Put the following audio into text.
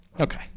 okay